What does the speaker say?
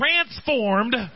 transformed